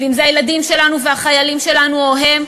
ואם זה הילדים שלנו והחיילים שלנו או הם,